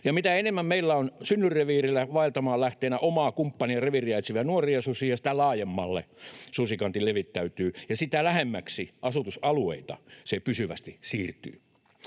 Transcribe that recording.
ja mitä enemmän meillä on synnyinreviiriltään vaeltamaan lähteneitä, omaa kumppania ja reviiriä etsiviä nuoria susia, sitä laajemmalle susikanta levittäytyy ja sitä lähemmäksi asutusalueita se pysyvästi siirtyy.